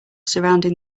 surrounding